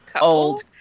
old